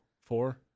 Four